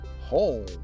home